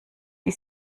die